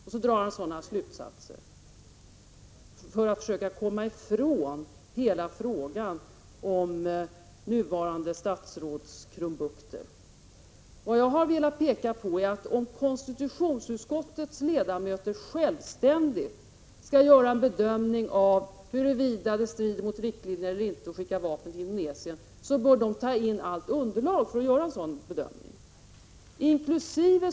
Och ändå drar han sådana slutsatser för att försöka komma ifrån hela frågan om nuvarande statsråds krumbukter. Vad jag har velat peka på är att om konstitutionsutskottets ledamöter självständigt skall göra en bedömning av huruvida det strider mot riktlinjerna eller inte att skicka vapen till Indonesien, så bör de ta in allt underlag som behövs för att göra en sådan bedömning, inkl.